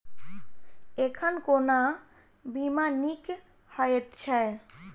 एखन कोना बीमा नीक हएत छै?